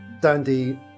Dandy